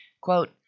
Quote